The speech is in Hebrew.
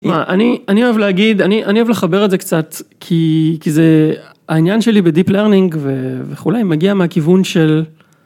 אני אוהב להגיד... אני אוהב לחבר את זה קצת, כי זה... העניין שלי בdeep learning וכולי, מגיע מהכיוון של...